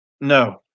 No